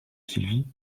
sylvie